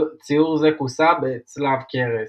ציור זה כוסה בצלב קרס.